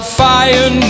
fire